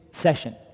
session